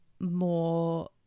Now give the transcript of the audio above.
more